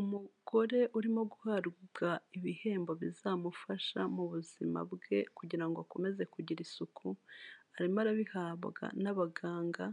Umugore urimo guhabwa ibihembo bizamufasha mu buzima bwe kugira ngo akomeze kugira isuku, arimo arabihabwa n'abaganga,